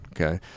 okay